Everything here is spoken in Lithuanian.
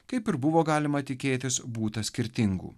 kaip ir buvo galima tikėtis būta skirtingų